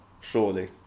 surely